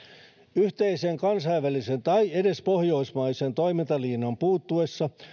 yhteisen kansainvälisen tai edes pohjoismaisen toimintalinjan puuttuessa